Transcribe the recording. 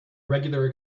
regular